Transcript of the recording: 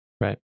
right